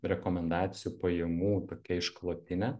rekomendacijų pajamų tokia išklotinė